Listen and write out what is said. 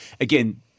again